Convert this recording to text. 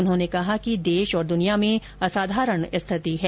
उन्होंने कहा कि देश और दुनिया में असाधारण स्थिति है